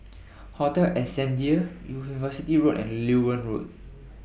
Hotel Ascendere University Road and Loewen Road